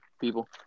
people